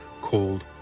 called